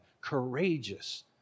Courageous